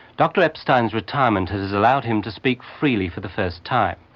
dr epstein's retirement has allowed him to speak freely for the first time,